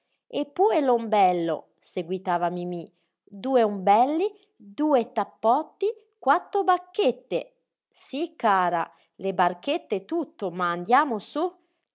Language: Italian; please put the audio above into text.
e pue l'ombello seguitava mimí due ombelli due tappotti quatto bacchette sí cara le barchette e tutto ma andiamo sú